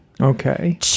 okay